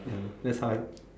ya that's why